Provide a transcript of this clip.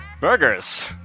burgers